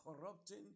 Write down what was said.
corrupting